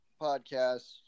podcast